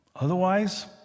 Otherwise